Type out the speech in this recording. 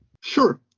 Sure